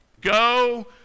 go